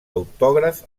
autògraf